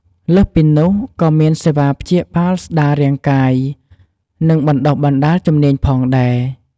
លើសពីនោះក៏មានសេវាព្យាបាលស្ដាររាងកាយ និង បណ្តុះបណ្ដាលជំនាញផងដែរ។